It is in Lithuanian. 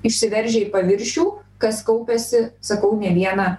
išsiveržia į paviršių kas kaupiasi sakau ne vieną